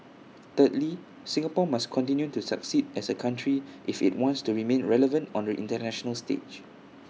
thirdly Singapore must continue to succeed as A country if IT wants to remain relevant on the International stage